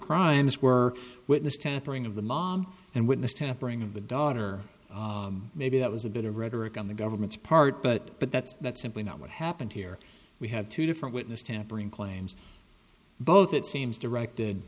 crimes were witness tampering of the mom and witness tampering of the daughter maybe that was a bit of rhetoric on the government's part but but that's that's simply not what happened here we have two different witness tampering claims both it seems directed